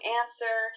answer